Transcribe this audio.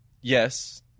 Yes